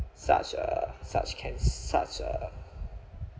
such a such can~ such a